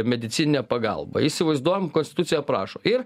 medicininę pagalbą įsivaizduojam konstitucija aprašo ir